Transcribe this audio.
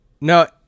no